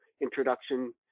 introduction